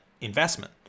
investment